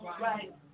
Right